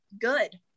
good